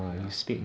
okay ah